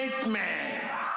Nightmare